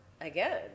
Again